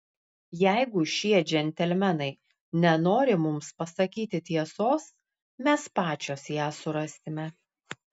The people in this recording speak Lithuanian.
jeigu šie džentelmenai nenori mums pasakyti tiesos mes pačios ją surasime